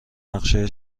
نقشه